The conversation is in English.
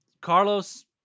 carlos